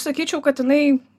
sakyčiau kad inai